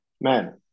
man